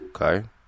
Okay